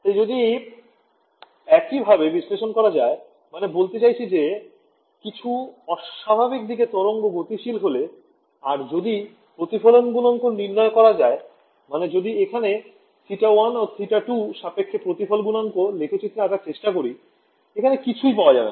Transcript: তাই যদি একইভাবে বিশ্লেষণ করা যায় মানে বলতে চাইছি যে কিছু অস্বাভাবিক দিকে তরঙ্গ গতিশীল হলে আর যদি প্রতিফলন গুনাঙ্ক নির্ণয় করা যায় মানে যদি এখানে θ1 ও θ2 সাপেক্ষে প্রতিফলন গুণাঙ্ক লেখচিত্রে আঁকার চেষ্টা করি এখানে কিছুই পাওয়া যাবে না